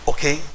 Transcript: Okay